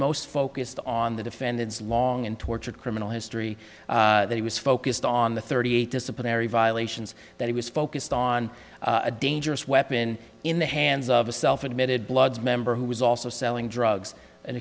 most focused on the defendant's long and tortured criminal history that he was focused on the thirty eight disciplinary violations that he was focused on a dangerous weapon in the hands of a self admitted bloods member who was also selling drugs and